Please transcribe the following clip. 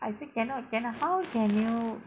I say cannot cannot how can you